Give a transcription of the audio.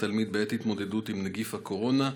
התלמיד בעת התמודדות עם נגיף הקורונה,